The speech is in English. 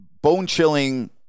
bone-chilling